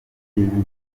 y’ibitaro